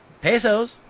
Pesos